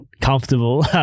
comfortable